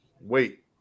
Wait